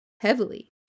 heavily